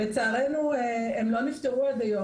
לצערנו, הן לא נפתרו עד היום.